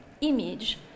image